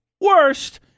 worst